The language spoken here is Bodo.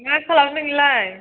मा खालामदों नोंलाय